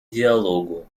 диалогу